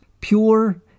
pure